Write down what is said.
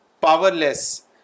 powerless